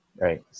Right